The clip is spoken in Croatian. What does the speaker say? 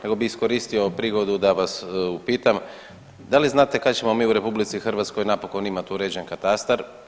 Nego bi iskoristio prigodu da vas upitam da li znate kada ćemo mi u RH napokon imati uređen katastar.